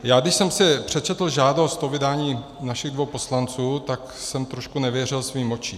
Když jsem si přečetl žádost o vydání našich dvou poslanců, tak jsem trošku nevěřil svým očím.